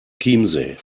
chiemsee